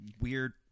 weird